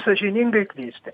sąžiningai klysti